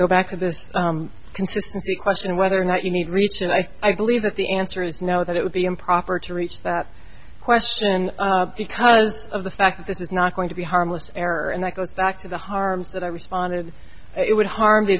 consistency question whether or not you need reach and i i believe that the answer is no that it would be improper to reach that question because of the fact that this is not going to be harmless error and that goes back to the harmes that i responded it would harm the